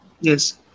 Yes